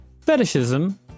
fetishism